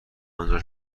انجامش